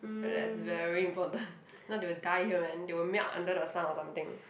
feel that's very important if not they will die here man they will melt under the sun or something